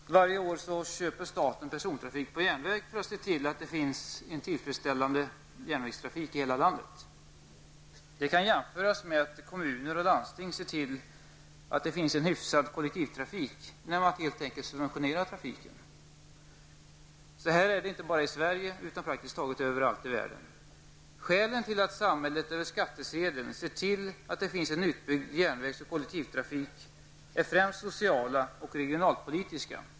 Fru talman! Varje år köper staten persontrafik på järnväg för att se till att det finns en tillfredsställande järnvägstrafik i hela landet. Det kan jämföras med att kommuner och landsting ser till att det finns en hyfsad kollektivtrafik genom att helt enkelt subventionera trafiken. Så här är det inte bara i Sverige, utan praktiskt taget överallt i världen. Skälen till att samhället över skattsedeln ser till att det finns en utbyggd järnvägs och kollektivtrafik är främst sociala och regionalpolitiska.